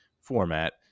format